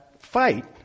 fight